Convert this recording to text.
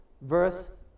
verse